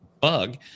bug